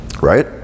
Right